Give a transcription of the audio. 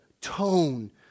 tone